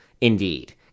Indeed